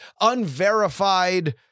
unverified